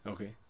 Okay